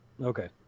okay